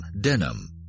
Denim